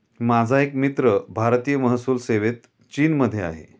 माझा एक मित्र भारतीय महसूल सेवेत चीनमध्ये आहे